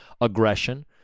Aggression